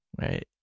Right